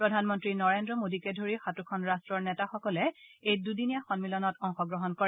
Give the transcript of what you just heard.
প্ৰধানমন্ত্ৰী নৰেজ্ৰ মোদীকে ধৰি সাতোখন ৰাট্টৰ নেতাসকলে এই দুদিনীয়া সম্মিলনত অংশগ্ৰহণ কৰে